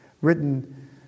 written